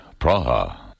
Praha